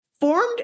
formed